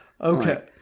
Okay